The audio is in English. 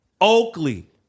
Oakley